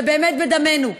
זה באמת בדמנו,